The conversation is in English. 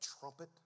trumpet